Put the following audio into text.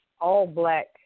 all-black